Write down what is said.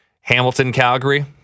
Hamilton-Calgary